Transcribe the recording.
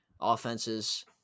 offenses